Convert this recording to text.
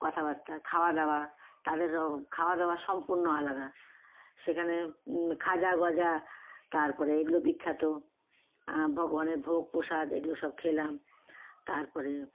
কথাবার্তা খাওয়া দাওয়া তাদেরও খাওয়া দাওয়া সম্পূর্ণ আলাদা সেখানে খাজা গজা তারপরে এগুলো বিখ্যাত ভগবানের ভোগ প্রসাদ এগুলো সব খেলাম তারপরে